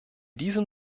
diesem